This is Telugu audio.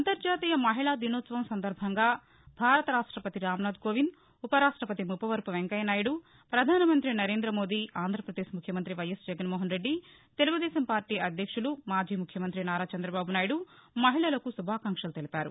అంతర్జాతీయ మహిళా దినోత్సవం సందర్భంగా భారత రాష్టపతి రామ్నాధ్ కోవింద్ ఉపరాష్టపతి ముప్పవరపు వెంకయ్యనాయుడు ప్రధానమంత్రి నరేంద్రమోదీ ఆంధ్రప్రదేశ్ ముఖ్యమంత్రి వై ఎస్ జగన్మోహన్రెడ్డి తెలుగుదేశంపార్టీ అధ్యక్షులు మాజీ ముఖ్యమంత్రి నారాచంరబాబునాయుడు మహిళలకు శుభాకాంక్షలు తెలిపారు